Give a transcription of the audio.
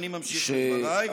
ואני ממשיך את דבריי.